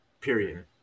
period